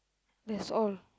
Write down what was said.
that's all